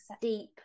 deep